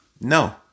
No